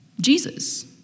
Jesus